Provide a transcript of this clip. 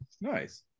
Nice